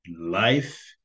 life